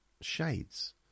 shades